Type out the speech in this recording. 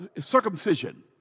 circumcision